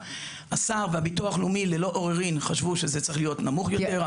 השר והביטוח הלאומי ללא עוררין חשבו שזה צריך להיות נמוך יותר,